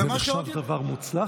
זה נחשב דבר מוצלח,